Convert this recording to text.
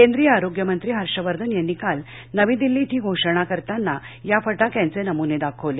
केंद्रीय आरोग्य मंत्री हर्षवर्धन यांनी काल नवी दिल्लीत ही घोषणा करताना या फटाक्यांचे नमुने दाखवले